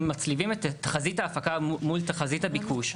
מצליבים את תחזית ההפקה מול תחזית הביקוש,